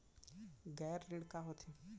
गैर ऋण का होथे?